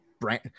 brand